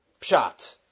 pshat